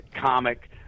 comic